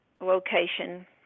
location